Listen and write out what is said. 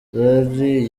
zari